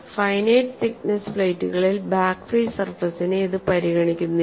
finite thickness പ്ലേറ്റുകളിൽ back free സർഫസിനെ ഇത് പരിഗണിക്കുന്നില്ല